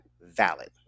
valid